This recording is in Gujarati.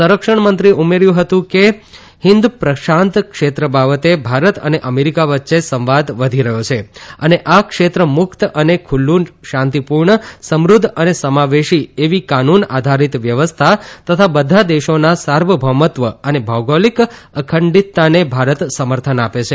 સંરક્ષણ મંત્રીએ ઉમેર્યુ હતું કે હિન્દ પ્રશાંત ક્ષેત્ર બાબતે ભારત અને અમેરીકા વચ્ચે સંવાદ વધી રહયો છે અને આ ક્ષેત્ર મુકત અને ખુલ્લુ શાંતીપુર્ણ સમૃધ્ધ અને સમાવેશી એવી કાનૂન આધારીત વ્યવસ્થા તથા બધા દેશોના સાર્વભૌમત્વ અને ભૌગોલિક અખંડિતતાને ભારત સમર્થન આપે છે